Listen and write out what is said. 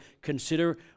consider